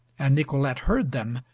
and nicolete heard them,